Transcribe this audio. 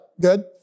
good